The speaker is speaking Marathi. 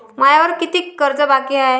मायावर कितीक कर्ज बाकी हाय?